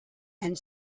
and